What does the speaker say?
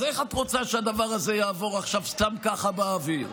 אז איך את רוצה שהדבר הזה יעבור עכשיו סתם ככה באוויר?